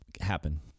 Happen